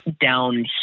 down